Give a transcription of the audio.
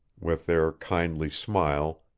with their kindly smile,